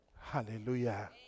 Hallelujah